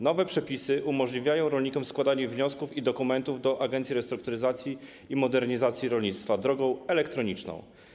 Nowe przepisy umożliwiają rolnikom składanie wniosków i dokumentów do Agencji Restrukturyzacji i Modernizacji Rolnictwa drogą elektroniczną.